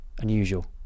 unusual